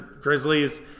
Grizzlies